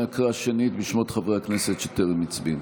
אנא קרא שנית בשמות חברי הכנסת שטרם הצביעו.